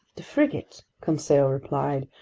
the frigate? conseil replied,